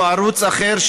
או ערוץ אחר,